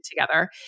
together